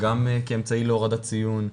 גם כאמצעי להורדת ציון,